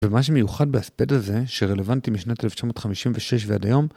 ומה שמיוחד באספט הזה שרלוונטי משנת 1956 ועד היום